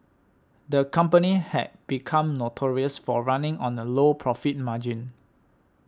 the company had become notorious for running on a low profit margin